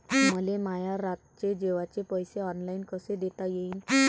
मले माया रातचे जेवाचे पैसे ऑनलाईन कसे देता येईन?